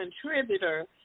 Contributor